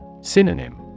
synonym